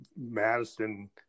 Madison